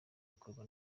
bikorwa